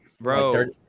bro